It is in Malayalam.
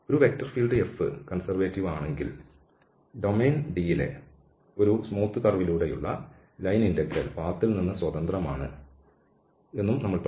വെക്റ്റർ ഫീൽഡ് F കൺസെർവേറ്റീവ് ആണെങ്കിൽ ഡൊമൈൻ D യിലെ ഒരു സ്മൂത്ത് കർവിലൂടെയുള്ള ലൈൻ ഇന്റഗ്രൽ പാത്ത്ൽ നിന്ന് സ്വതന്ത്രമാണ് എന്നും നമ്മൾ പഠിച്ചു